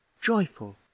joyful